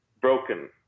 broken